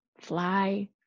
Fly